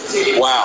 Wow